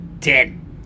Ten